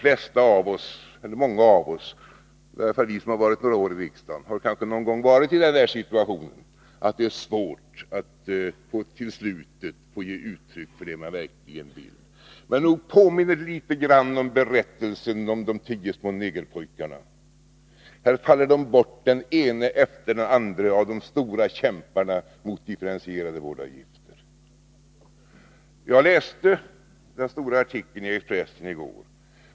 Många av oss — i varje fall vi som har varit några år i riksdagen — har kanske någon gång varit i den situationen att det är svårt att till fullo få ge uttryck för det man verkligen vill. Men nog påminner detta litet grand om berättelsen om de tio små negerpojkarna. Här faller de bort, den ene efter den andre av de stora kämparna mot differentierade vårdavgifter. Jag läste den stora artikeln i Expressen i går.